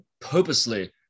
purposely